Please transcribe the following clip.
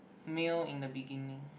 male in the beginning